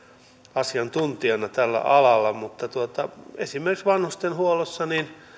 asiantuntijana tällä alalla mutta esimerkiksi vanhustenhuollossa